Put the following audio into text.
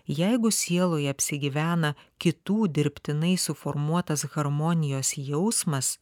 jeigu sieloje apsigyvena kitų dirbtinai suformuotas harmonijos jausmas